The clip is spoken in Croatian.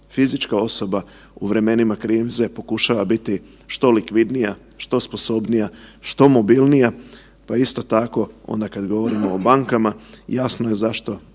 fizička osoba u vremenima krize pokušava biti što likvidnija, što sposobnija, što mobilnija, pa isto tako onda kad govorimo o bankama jasno mi je zašto